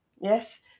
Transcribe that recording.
Yes